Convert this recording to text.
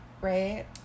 right